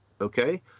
okay